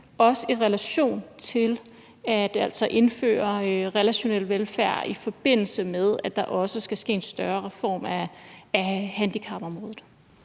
altså i relation til at indføre relationel velfærd, i forbindelse med at der også skal ske en større reform af handicapområdet.